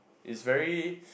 is very